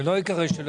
זה לא משנה